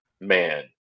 man